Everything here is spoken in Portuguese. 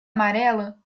amarela